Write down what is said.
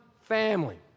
family